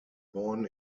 born